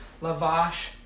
Lavash